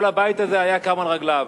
כל הבית הזה היה קם על רגליו.